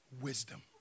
wisdom